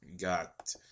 Got